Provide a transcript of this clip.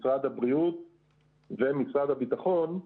משרד הבריאות ומשרד הביטחון,